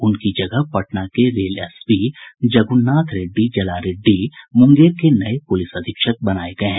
उनकी जगह पटना के रेल एसपी जगुनाथ रेड्डी जलारेड्डी मुंगेर के नये पुलिस अधीक्षक बनाये गये हैं